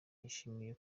yishimiye